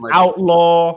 outlaw